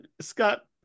scott